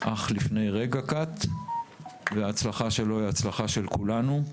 אך לפני רגע קט והצלחה שלו היא הצלחה של כולנו.